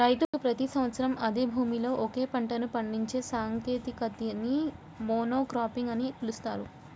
రైతు ప్రతి సంవత్సరం అదే భూమిలో ఒకే పంటను పండించే సాంకేతికతని మోనోక్రాపింగ్ అని పిలుస్తారు